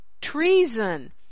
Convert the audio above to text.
treason